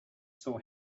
saw